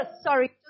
sorry